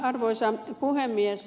arvoisa puhemies